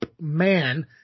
Man